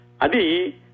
Adi